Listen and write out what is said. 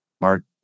Mark